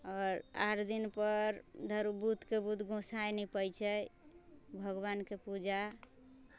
आओर आठ दिनपर बुधके बुध गोसाईं निपै छै भगवानके पूजा